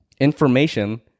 information